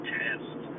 test